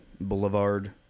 boulevard